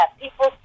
people